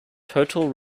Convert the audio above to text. total